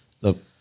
Look